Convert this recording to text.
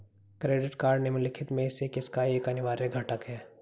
Credit card निम्नलिखित में से किसका एक अनिवार्य घटक है?